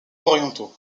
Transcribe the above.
orientaux